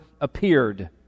appeared